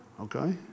Okay